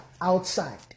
outside